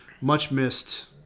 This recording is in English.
much-missed